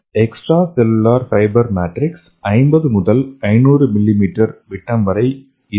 extra cellular fibre matrix 50 முதல் 500 மிமீ விட்டம் வரை இருக்கும்